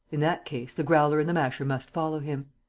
in that case, the growler and the masher must follow him.